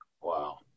Wow